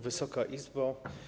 Wysoka Izbo!